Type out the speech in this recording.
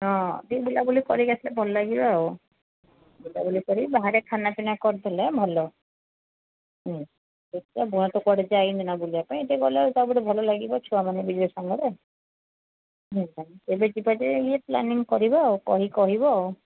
ହଁ ଯାଇ ବୁଲାବୁଲି କରି ଆସିଲେ ଭଲ ଲାଗିବ ଆଉ ବୁଲାବୁଲି କରି ବାହାରେ ଖାନାପିନା କରି ଦେଲେ ଭଲ ହୁଁ ମୁଁ ତ କୁଆଡ଼େ ଯାଇନି ବୁଲିବାକୁ ତାପରେ ଭଲ ଲାଗିବ ଛୁଆମାନେ ବୁଲିବେ ସାଙ୍ଗରେ ହୁଁ ଦେଖି କରି ଏ ପ୍ଲାନିଂ କରିବ କରି କହିବ